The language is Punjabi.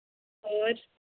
ਹੋਰ